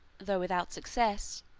though without success,